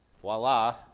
voila